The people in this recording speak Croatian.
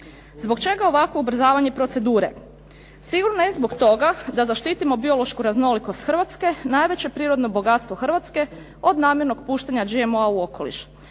Zbog čega ovako ubrzavanje procedure? Sigurno ne zbog toga da zaštitimo biološku raznolikost Hrvatske, najveće prirodno bogatstvo Hrvatske od namjernog puštanja GMO-a u okoliš.